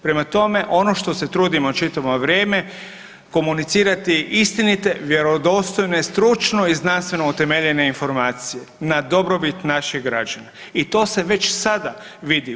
Prema tome, ono što se trudimo čitavo vrijeme komunicirati istinite, vjerodostojne, stručno i znanstveno utemeljene informacije na dobrobit naših građana i to se već sada vidi.